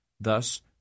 thus